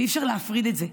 ואי-אפשר להפריד את זה.